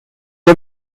est